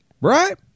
right